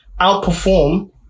outperform